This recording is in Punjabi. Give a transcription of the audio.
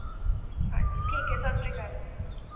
ਹਾਂਜੀ ਠੀਕ ਹੈ ਸਤਿ ਸ਼੍ਰੀ ਅਕਾਲ ਜੀ